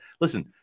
Listen